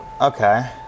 okay